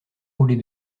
rouler